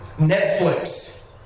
Netflix